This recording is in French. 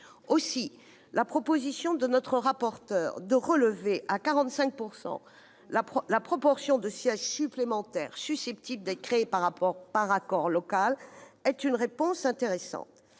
Aussi la proposition de notre rapporteur de relever à 45 % la proportion de sièges supplémentaires susceptibles d'être créés par accord local est-elle une réponse intéressante.